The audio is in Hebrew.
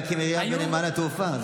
להקים עיריית נמל התעופה.